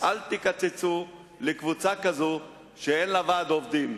אל תקצצו לקבוצה כזאת, שאין לה ועד עובדים.